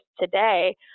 today